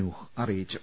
നൂഹ് അറിയിച്ചു